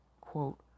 quote